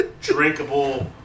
drinkable